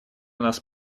нас